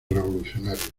revolucionarios